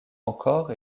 encore